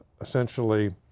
essentially